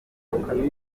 kimbley